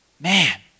man